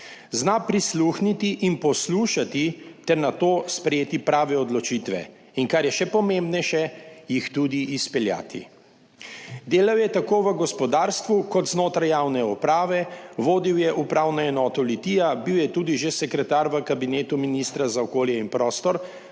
Zna prisluhniti in poslušati ter na to sprejeti prave odločitve in, kar je še pomembnejše, jih tudi izpeljati. Delal je tako v gospodarstvu kot znotraj javne uprave, vodil je Upravno enoto Litija, bil je tudi že sekretar v kabinetu ministra za okolje in prostor.